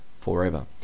forever